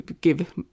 give